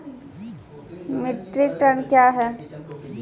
Metric ton कया हैं?